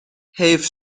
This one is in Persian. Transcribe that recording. حیف